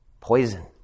Poison